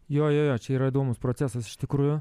jo jo čia yra įdomus procesas iš tikrųjų